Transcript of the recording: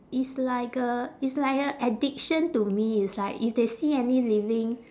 it's like a it's like a addiction to me it's like if they see any living